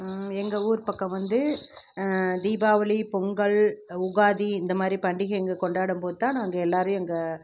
எங்கள் ஊர் பக்கம் வந்து தீபாவளி பொங்கல் யுகாதி இந்த மாதிரி பண்டிகைங்க கொண்டாடும் போதுதான் நாங்கள் எல்லாேரும் எங்கள்